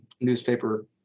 newspaper